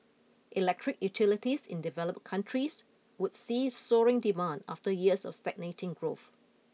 electric utilities in developed countries would see soaring demand after years of stagnating growth